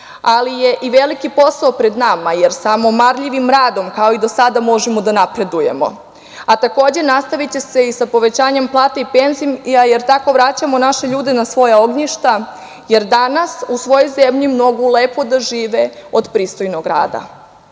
ali je i veliki posao pred nama, jer samo marljivim radom, kao i do sada možemo da napredujemo. Takođe, nastaviće se i sa povećanjem plata i penzija jer tako vraćamo naše ljude na svoja ognjišta, jer danas u svojoj zemlji mogu lepo da žive od pristojnog